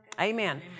Amen